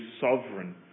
sovereign